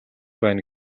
байна